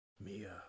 Mia